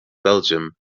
belgium